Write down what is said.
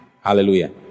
Hallelujah